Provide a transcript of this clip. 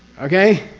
okay?